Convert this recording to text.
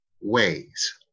ways